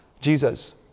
Jesus